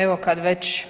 Evo kad već